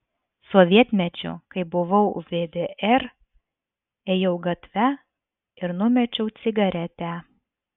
sovietmečiu kai buvau vdr ėjau gatve ir numečiau cigaretę